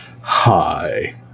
hi